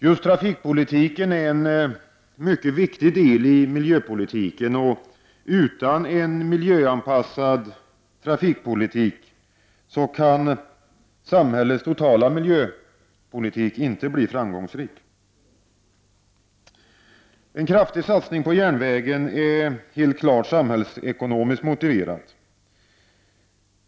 Just trafikpolitiken är en mycket viktig del av miljöpolitiken. Utan en miljöanpassad trafikpolitik kan inte samhällets totala miljöpolitik bli framgångsrik. En kraftig satsning på järnvägen är helt klart samhällsekonomiskt motiverad.